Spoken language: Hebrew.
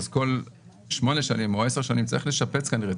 כל שמונה שנים או עשר שנים צריך לשפץ כנראה,